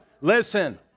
listen